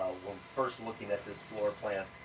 first looking at this floor plan,